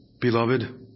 beloved